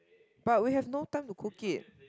but we have no time to cook it